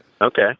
Okay